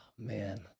Man